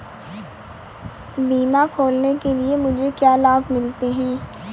बीमा खोलने के लिए मुझे क्या लाभ मिलते हैं?